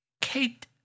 kate